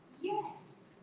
Yes